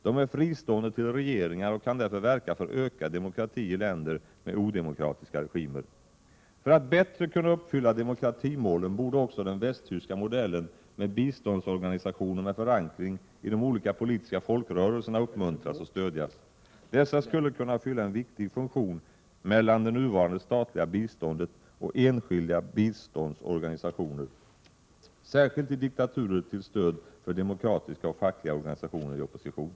De är fristående till regeringar och kan därför verka för ökad demokrati i länder med odemokratiska regimer. För att bättre kunna uppfylla demokratimålen borde också den västtyska modellen med biståndsorganisationer med förankring i de olika politiska folkrörelserna uppmuntras och stödjas. Dessa skulle kunna fylla en viktig funktion mellan det nuvarande statliga biståndet och enskilda biståndsorganisationer, särskilt i diktaturer till stöd för demokratiska och fackliga organisationer i opposition.